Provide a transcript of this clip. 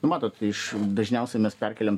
matot iš dažniausiai mes perkeliam